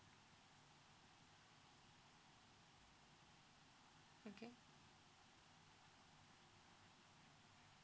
okay